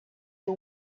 you